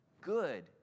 good